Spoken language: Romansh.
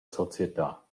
società